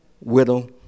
Widow